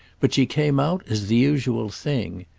but she came out as the usual thing.